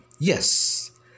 Yes